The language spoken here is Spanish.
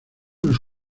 unos